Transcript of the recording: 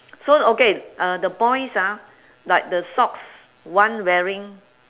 so okay uh the boys ah but the socks one wearing